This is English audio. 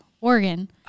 Oregon